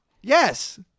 Yes